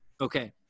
okay